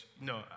no